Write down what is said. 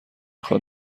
خواد